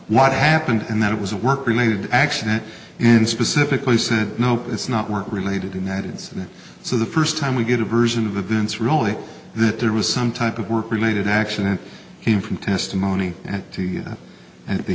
what happened and that it was a work related accident and specifically said nope it's not work related united's and so the first time we get a version of events really that there was some type of work related action it came from testimony and to get at the